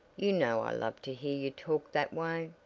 you know i love to hear you talk that way.